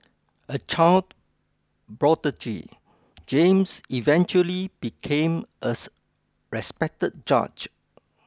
a child prodigy James eventually became as respected judge